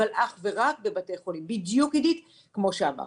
אבל אך ורק בבתי חולים בדיוק כמו שאמרת.